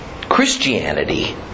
Christianity